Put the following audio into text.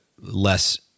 less